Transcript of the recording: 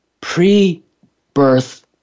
pre-birth